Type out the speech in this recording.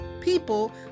people